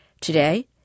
Today